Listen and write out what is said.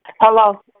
Hello